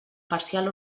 parcial